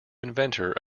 inventor